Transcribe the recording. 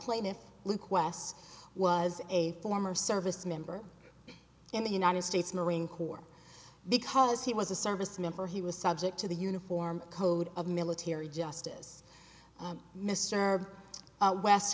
plaintiff luke west was a former service member in the united states marine corps because he was a service member he was subject to the uniform code of military justice mr west